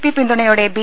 P പിന്തുണയോടെ B